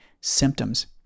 symptoms